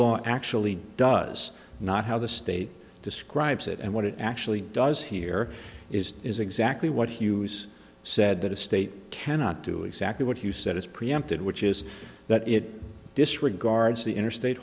law actually does not how the state describes it and what it actually does here is is exactly what hughes said that a state cannot do exactly what you said it's preempted which is that it disregards the interstate